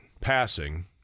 passing –